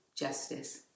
justice